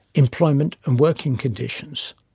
employment and working conditions.